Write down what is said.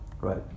right